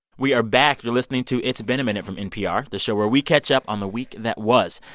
we are back. you're listening to it's been a minute from npr, the show where we catch up on the week that was.